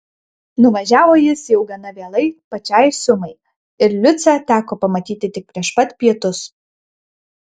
nuvažiavo jis jau gana vėlai pačiai sumai ir liucę teko pamatyti tik prieš pat pietus